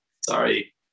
Sorry